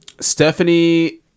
Stephanie